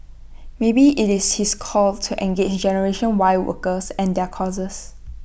maybe IT is his call to engage generation Y workers and their causes